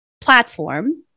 platform